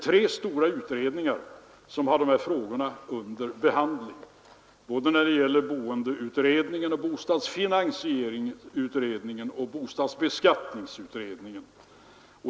Tre stora utredningar har dessa frågor under behandling, nämligen boendeutredningen, bostadsfinansieringsutredningen och bostadsbeskattningsutredningen.